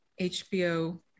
HBO